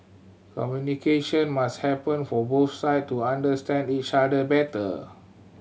communication must happen for both side to understand each other better